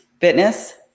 fitness